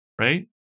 right